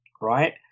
right